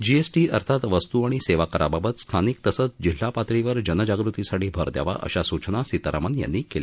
GST अर्थात वस्तू आणि सेवा कराबाबत स्थानिक तसंच जिल्हा पातळीवर जनजागृतीसाठी भर द्यावा अशा सूचना सीतारामन यांनी केल्या